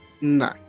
No